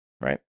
right